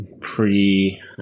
pre